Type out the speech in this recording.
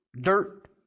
dirt